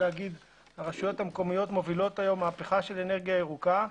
הרשויות המקומיות מובילות היום מהפכה של אנרגיה ירוקה.